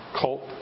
cult